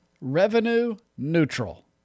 Revenue-neutral